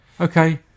okay